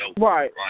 right